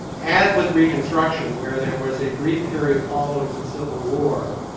as with reconstruction where there was a brief period following the civil war,